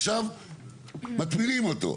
ועכשיו מטמינים אותו.